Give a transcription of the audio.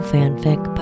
Fanfic